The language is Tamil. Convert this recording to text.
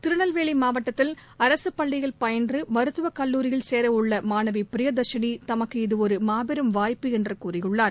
திருநெல்வேலிமாவட்டத்தில் பள்ளியில் அரசுப் பயின்றுமருத்துவகல்லூரியில் சேரஉள்ளமாணவிபிரியதர்ஷினிதமக்கு இது ஒருமாபெரும் வாய்ப்பு என்றுகூறியுள்ளார்